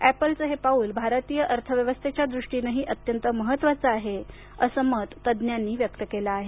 अॅपलचं हे पाऊल भारतीय अर्थव्यवस्थेच्या दृष्टीनंही अत्यंत महात्त्वाचं आहे असं मत तज्ज्ञांनी व्यक्त केलं आहे